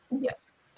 Yes